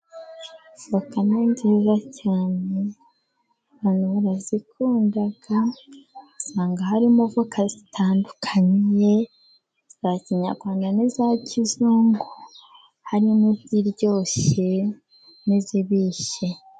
Voka ni nziza cyane. Abantu barazikunda usanga harimo voka zitandukanye za kinyarwanda n'iza kizungu, harimo iziryoshye n'izibishye.